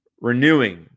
renewing